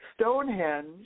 Stonehenge